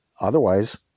Otherwise